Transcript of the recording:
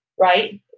right